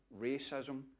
racism